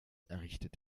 errichtet